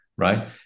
Right